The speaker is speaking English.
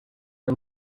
and